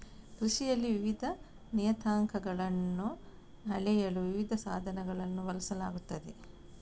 ಕೃಷಿಯಲ್ಲಿ ವಿವಿಧ ನಿಯತಾಂಕಗಳನ್ನು ಅಳೆಯಲು ವಿವಿಧ ಸಾಧನಗಳನ್ನು ಬಳಸಲಾಗುತ್ತದೆ